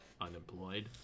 unemployed